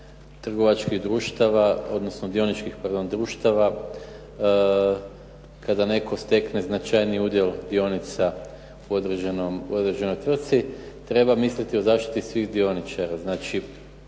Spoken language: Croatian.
trgovačkih društava, odnosno dioničkih pardon društava, kada netko stekne značajniji udjel dionica u određenoj tvrtci treba misliti o zaštiti svih dioničara. Znači